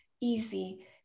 easy